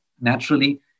Naturally